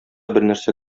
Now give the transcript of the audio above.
бернәрсә